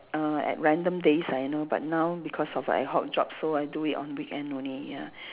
uh at random days I know but now because of ad hoc jobs so I do it on weekend only ya